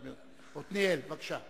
אדוני היושב-ראש, תודה רבה.